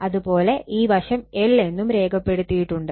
അതുപോലെ ഈ വശം L എന്നും രേഖപ്പെടുത്തിയിട്ടുണ്ട്